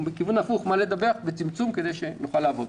או בכיוון הפוך: מה לדווח בצמצום כדי שנוכל לעבוד.